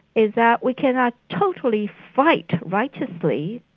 is that we cannot totally fight righteously.